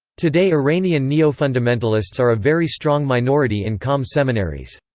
today iranian neofundamentalists are a very strong minority in qom seminaries.